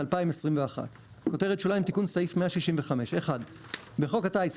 2021 תיקון סעיף 165 1. בחוק הטיס,